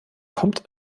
kommt